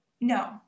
no